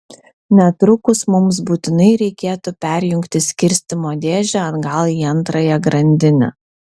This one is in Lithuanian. netrukus mums būtinai reikėtų perjungti skirstymo dėžę atgal į antrąją grandinę